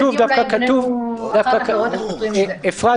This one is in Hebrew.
אפרת,